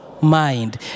mind